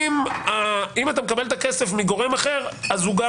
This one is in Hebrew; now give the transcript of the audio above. אם אתה מקבל את הכסף מגורם אחר אז הוא גם